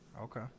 Okay